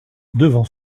devant